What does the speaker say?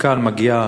מכאן מגיעה